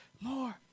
More